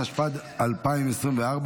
התשפ"ד 2024,